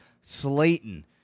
Slayton